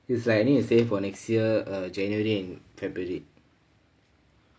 is like I need to save for next year err january and february